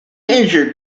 injured